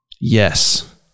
Yes